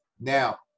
Now